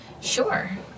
Sure